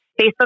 Facebook